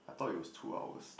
I thought it was two hours